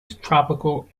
tropical